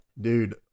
Dude